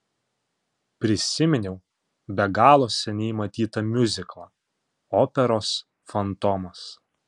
prisiminiau be galo seniai matytą miuziklą operos fantomas